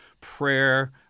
prayer